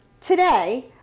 today